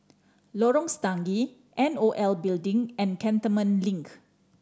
Lorong Stangee N O L Building and Cantonment Link